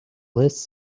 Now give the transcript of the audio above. less